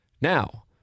Now